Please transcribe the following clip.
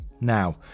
Now